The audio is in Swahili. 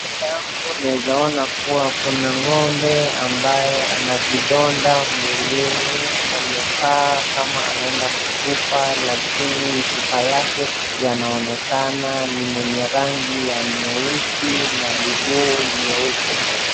Mbele yangu naeza ona kuwa kuna ng'ombe ambaye ana vidonda mwilini. Amekaa kama anaenda kukufa lakini mifupa yake yanaonekana. Ni mwenye rangi ya nyeusi na miguu nyeupe.